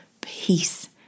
peace